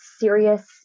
serious